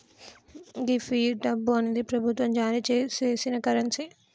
గీ fiat డబ్బు అనేది ప్రభుత్వం జారీ సేసిన కరెన్సీ